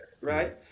right